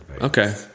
Okay